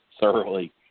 thoroughly